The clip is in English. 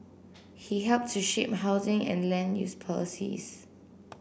he helped to shape housing and land use policies